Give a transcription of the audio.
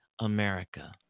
America